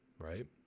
right